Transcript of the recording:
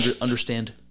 understand